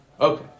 Okay